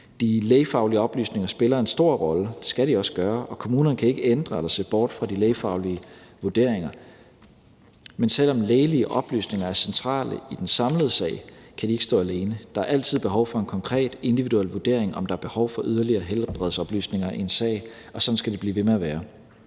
De lægefaglige oplysninger spiller en stor rolle. Det skal de også gøre, og kommunerne kan ikke ændre eller se bort fra de lægefaglige vurderinger. Men selv om lægelige oplysninger er centrale i den samlede sag, kan de ikke stå alene. Der er altid behov for en konkret individuel vurdering af, om der er behov for yderligere helbredsoplysninger i en sag, og sådan skal det blive ved med at være.